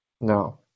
No